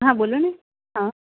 હા બોલોને હા